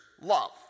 love